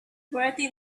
pretty